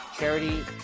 Charity